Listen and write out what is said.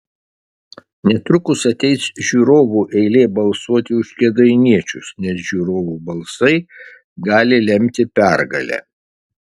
netrukus ateis žiūrovų eilė balsuoti už kėdainiečius nes žiūrovų balsai gali lemti pergalę